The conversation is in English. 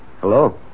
Hello